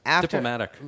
diplomatic